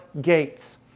gates